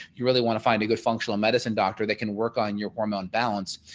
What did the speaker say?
you really want to find a good functional medicine doctor that can work on your hormone balance.